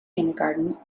kindergarten